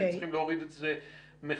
צריכים להוריד את זה מחדש?